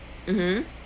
mmhmm